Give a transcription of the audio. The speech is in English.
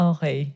Okay